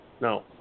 No